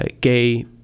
gay